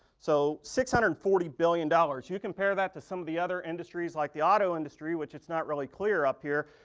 so six hundred and forty billion dollars, you can compare that to some of the other industries, like the auto industry, which it's not really clear up here.